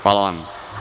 Hvala vam.